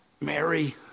Mary